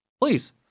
Please